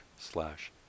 slash